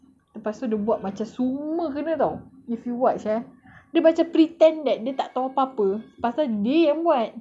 lepas tu dia buat macam semua kena [tau] if you watch eh dia macam pretend that dia tak tahu apa-apa pasal dia yang buat